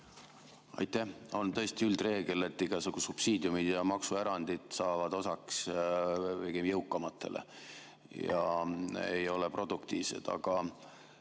Aitäh! On tõesti üldreegel, et igasugused subsiidiumid ja maksuerandid saavad osaks pigem jõukamatele ega ole produktiivsed. Aga